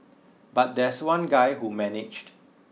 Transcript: but there's one guy who managed